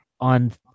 on